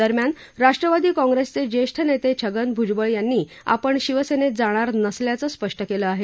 दरम्यान राष्ट्रवादी काँग्रेसचे ज्येष्ठ नेते छगन भुजबळ यांनी आपण शिवसेनेत जाणार नसल्याचं स्पष्ट केलं आहे